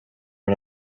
and